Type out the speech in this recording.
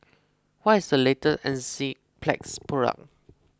what is the latest Enzyplex product